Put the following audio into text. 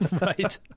Right